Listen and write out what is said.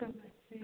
کر